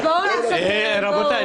רבותיי,